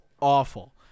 awful